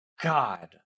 god